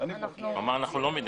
הוא אמר 'אנחנו לא מתנגדים'.